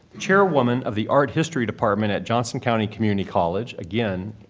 chairwoman of the art history department at johnson county community college again,